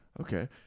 Okay